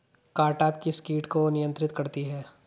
Cartap किस किट को नियंत्रित करती है?